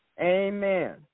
Amen